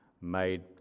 made